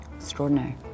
Extraordinary